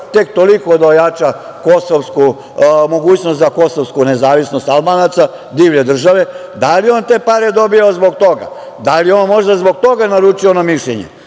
tek toliko da ojača mogućnost za kosovsku nezavisnost Albanaca, divlje države, da li je on te pare dobio zbog toga? Da li je on možda zbog toga naručio ono mišljenje